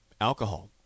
Alcohol